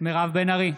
מירב בן ארי,